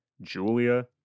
Julia